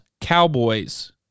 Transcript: Cowboys